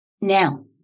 Now